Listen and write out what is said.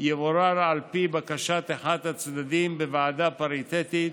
יבורר על פי בקשת אחד הצדדים בוועדה פריטטית